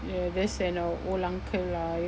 ya there's an uh old uncle lah